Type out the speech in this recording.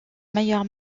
meilleure